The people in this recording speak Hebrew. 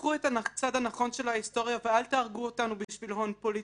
קחו את הצד הנכון של ההיסטוריה ואל תהרגו אותנו בשביל הון פוליטי.